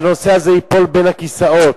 והנושא ייפול בין הכיסאות.